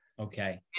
Okay